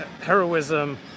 heroism